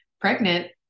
pregnant